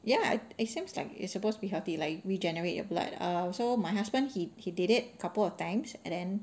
ya it seems like it's supposed to be healthy like regenerate your blood so my husband he he did it a couple of times and then